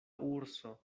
urso